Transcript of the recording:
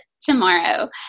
tomorrow